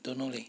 don't know leh